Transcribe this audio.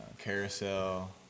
Carousel